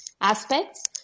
aspects